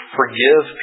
forgive